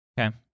Okay